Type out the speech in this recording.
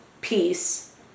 peace